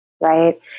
right